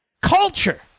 culture